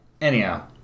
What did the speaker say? anyhow